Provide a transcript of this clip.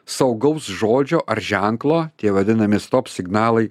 saugaus žodžio ar ženklo tie vadinami stop signalai